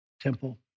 temple